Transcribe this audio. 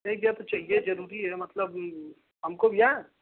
एक जगह तो चाहिए ज़रूरी है मतलब हमको भैया